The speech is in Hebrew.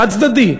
חד-צדדי,